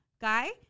guy